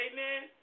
Amen